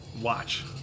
watch